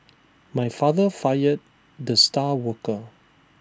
my father fired the star worker